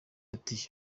ati